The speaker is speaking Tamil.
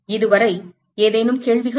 இதுவரை ஏதேனும் கேள்விகள்